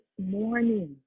morning